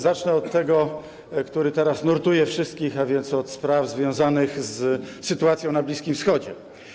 Zacznę od tego, który teraz nurtuje wszystkich, a więc od spraw związanych z sytuacją na Bliskim Wschodzie.